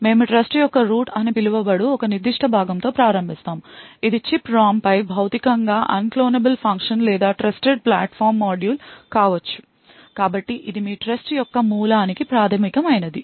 మేము ట్రస్ట్ యొక్క రూట్ అని పిలువబడు ఒక నిర్దిష్ట భాగంతో ప్రారంభిస్తాము ఇది చిప్ ROM పై భౌతికం గా అన్క్లోనబుల్ ఫంక్షన్ లేదా ట్రస్టెడ్ ప్లాట్ఫామ్ మాడ్యూల్ కావచ్చు కాబట్టి ఇది మీ ట్రస్ట్ యొక్క మూలానికి ప్రాథమిక మైనది